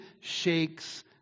shakes